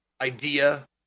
idea